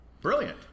Brilliant